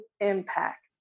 impact